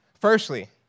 Firstly